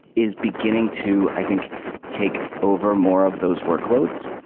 is beginning to i think take over more of those workloads,